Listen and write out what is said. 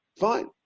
fine